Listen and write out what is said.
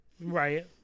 Right